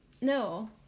no